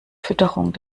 fütterung